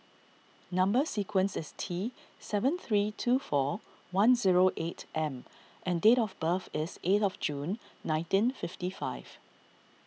Number Sequence is T seven three two four one zero eight M and date of birth is eight of June nineteen fifty five